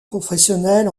professionnels